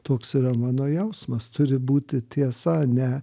toks yra mano jausmas turi būti tiesa ne